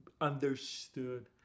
understood